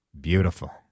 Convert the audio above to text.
Beautiful